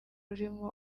rurimo